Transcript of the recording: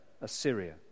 Assyria